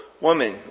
Woman